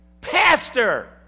pastor